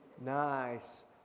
Nice